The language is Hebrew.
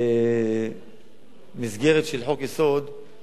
למסגרת של חוק-יסוד היא לא במקומה.